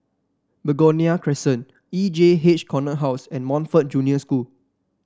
Begonia Crescent E J H Corner House and Montfort Junior School